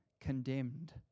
condemned